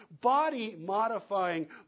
body-modifying